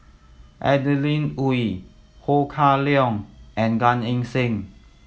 Adeline Ooi Ho Kah Leong and Gan Eng Seng